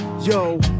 Yo